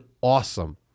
awesome